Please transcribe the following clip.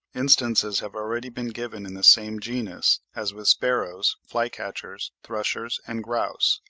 instances have already been given in the same genus, as with sparrows, fly-catchers, thrushes and grouse.